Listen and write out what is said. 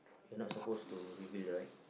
you are not suppose to reveal right